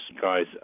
guys